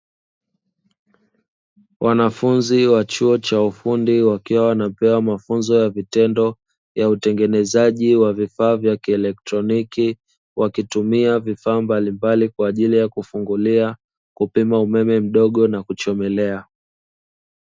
Wanafunzi wa chuo cha ufundi wakiwa wanapewa mafunzo ya vitendo ya utengenezaji wa vifaa vya kielektroniki, wakitumia vifaa mbalimbali kwa ajili ya kufungulia, kupima umeme mdogo na kuchomelea.